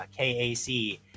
KAC